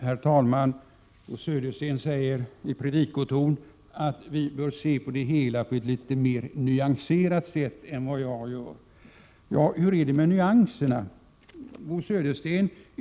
Herr talman! Bo Södersten säger i predikoton att vi bör se på det hela på ett mera nyanserat sätt än vad jag gör. Ja, hur är det med nyanserna, Bo Södersten?